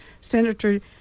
Senator